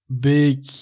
big